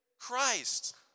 Christ